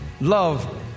love